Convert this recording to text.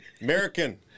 american